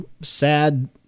sad